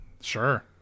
sure